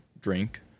drink